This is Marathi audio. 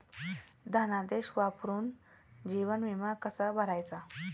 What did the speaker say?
धनादेश वापरून जीवन विमा कसा भरायचा?